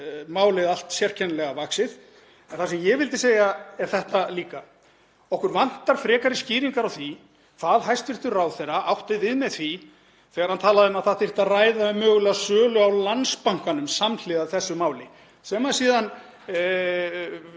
málið allt sérkennilega vaxið. Það sem ég vildi segja er þetta líka: Okkur vantar frekari skýringar á því hvað hæstv. ráðherra átti við með því þegar hann talaði um að það þyrfti að ræða um mögulega sölu á Landsbankanum samhliða þessu máli, sem síðan